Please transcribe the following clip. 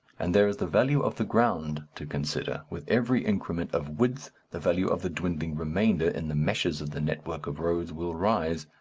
and there is the value of the ground to consider with every increment of width the value of the dwindling remainder in the meshes of the network of roads will rise,